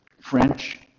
French